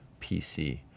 PC